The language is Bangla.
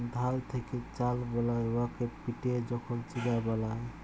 ধাল থ্যাকে চাল বালায় উয়াকে পিটে যখল চিড়া বালায়